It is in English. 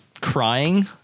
crying